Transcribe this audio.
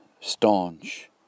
staunch